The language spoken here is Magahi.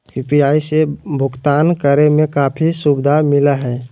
यू.पी.आई से भुकतान करे में काफी सुबधा मिलैय हइ